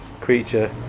creature